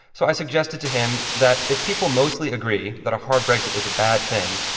so i suggested to him that if people mostly agree that a hard brexit is a bad thing,